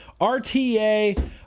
RTA